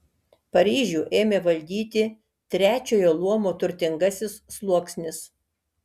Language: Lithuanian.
paryžių ėmė valdyti trečiojo luomo turtingasis sluoksnis